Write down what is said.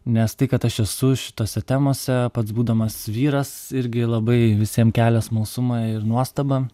nes tai kad aš esu šitose temose pats būdamas vyras irgi labai visiem kelia smalsumą ir nuostabą